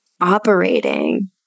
operating